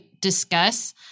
discuss